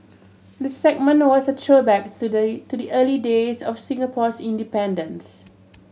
the segment was a throwback to the early days of Singapore's independence